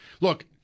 Look